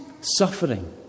suffering